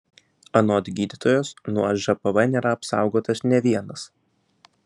anot gydytojos nuo žpv nėra apsaugotas nė vienas